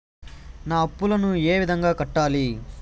నా అప్పులను ఏ విధంగా కట్టాలి?